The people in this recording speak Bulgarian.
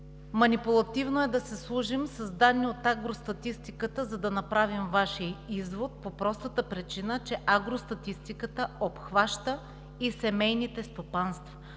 манипулативно е да си служим с данни от агростатистиката, за да направим Вашия извод, по простата причина че агростатистиката обхваща и семейните стопанства,